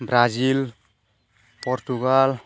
Brazil Portugal